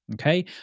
Okay